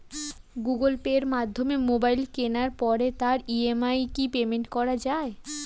Google pay মাধ্যমে mobile কেনার পরে তার ই.এম.আই কি পেমেন্ট করা যায়?